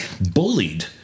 bullied